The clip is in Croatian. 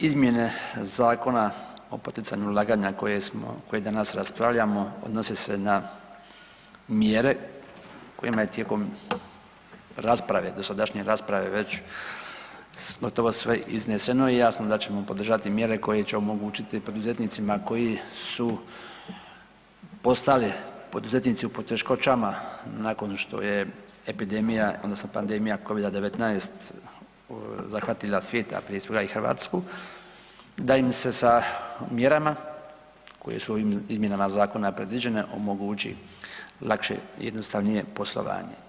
Izmjene Zakona o poticanju ulaganja koje danas raspravljamo odnose se na mjere kojima je tijekom rasprave, dosadašnje rasprave već gotovo sve izneseno i jasno da ćemo podržati mjere koje će omogućiti poduzetnicima koji su postali poduzetnici u poteškoćama nakon što je epidemija odnosno pandemija Covid-19 zahvatila svijet, a prije svega i Hrvatsku da im se sa mjerama koje su ovim izmjenama zakona predviđene omogući lakše i jednostavnije poslovanje.